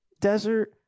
desert